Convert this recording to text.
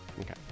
okay